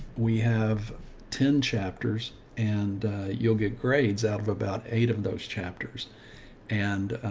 we have ten chapters and you'll get grades out of about eight of those chapters and,